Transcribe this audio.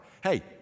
Hey